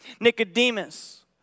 Nicodemus